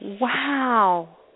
Wow